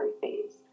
phase